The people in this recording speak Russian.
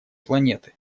планеты